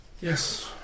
Yes